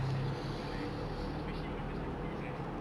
ya sia you know like especially all those aunties right